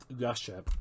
Russia